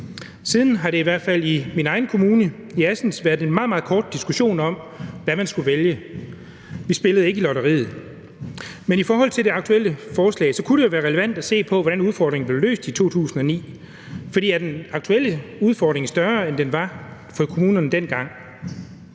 hvert fald i min egen kommune, Assens, været en meget, meget kort diskussion om, hvad man skulle vælge. Vi spillede ikke i lotteriet. Men i forhold til det aktuelle forslag, kunne det jo være relevant at se på, hvordan udfordringen blev løst i 2009. For er den aktuelle udfordring større, end den var for kommunerne dengang?